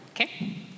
Okay